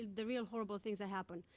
the real horrible things that happened.